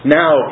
now